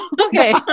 Okay